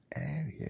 area